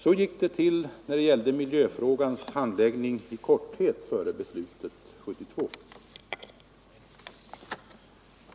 — Så gick i korthet miljöfrågans handläggning till före beslutet 1972.